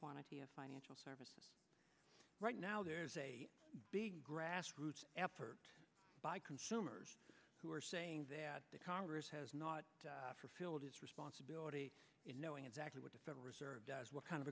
quantity financial services right now there's a big grassroots effort by consumers who are saying that the congress has not fulfilled his responsibility in knowing exactly what the federal reserve does what kind of